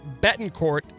Betancourt